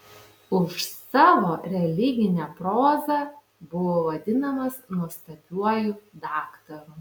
už savo religinę prozą buvo vadinamas nuostabiuoju daktaru